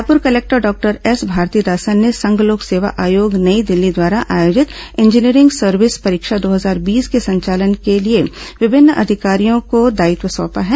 Raipur collector doctor S Bharathidasan ने संघ लोक सेवा आयोग नई दिल्ली द्वारा आयोजित इंजीनियरिंग सर्विस परीक्षा दो हजार बीस के संचालन के लिए विभिन्न अधिकारियों को दायित्व सौंपा है